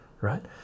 right